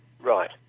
Right